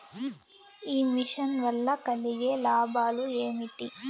ఈ మిషన్ వల్ల కలిగే లాభాలు ఏమిటి?